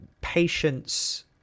patience